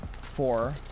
four